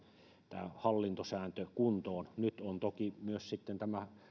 tämä hallintosääntö kuntoon nyt on toki myös sitten tämä